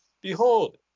behold